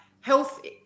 health